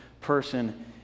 person